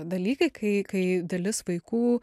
dalykai kai kai dalis vaikų